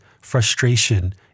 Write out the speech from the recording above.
frustration